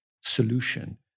solution